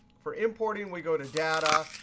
for importing, we go to data,